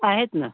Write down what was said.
आहेत ना